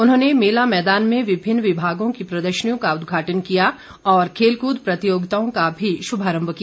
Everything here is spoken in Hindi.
उन्होंने मेला मैदान में विभिन्न विभागों की प्रदर्शनियों का उद्घाटन किया और खेलकूद प्रतियोगिताओं का भी शुभारम्भ किया